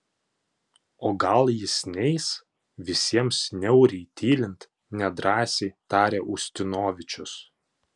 o gal jis neis visiems niauriai tylint nedrąsiai tarė ustinovičius